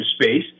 space